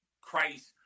Christ